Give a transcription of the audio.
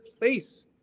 place